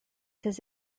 his